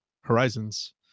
Horizons